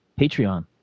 Patreon